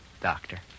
Doctor